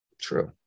true